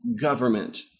government